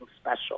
special